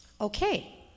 Okay